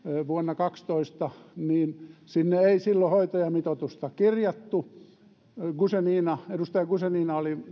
vuonna kaksitoista niin sinne ei silloin hoitajamitoitusta kirjattu edustaja guzenina oli